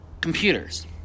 computers